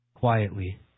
Quietly